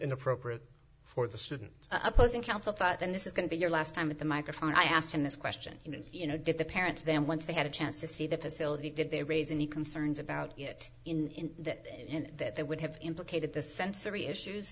inappropriate for the student opposing counsel thought and this is going to be your last time at the microphone i asked him this question you know if you know if the parents then once they had a chance to see the facility did they raise any concerns about it in the end that they would have implicated the sensory issues